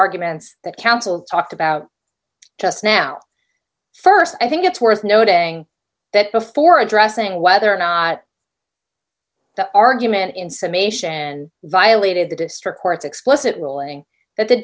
arguments that counsel talked about just now st i think it's worth noting that before addressing whether or not the argument in summation violated the district court's explicit rolling that the